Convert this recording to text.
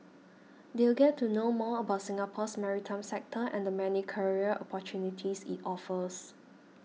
they'll get to know more about Singapore's maritime sector and many career opportunities it offers